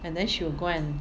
and then she will go and